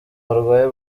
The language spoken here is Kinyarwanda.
barwaye